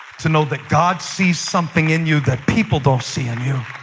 to know that god sees something in you that people don't see in you?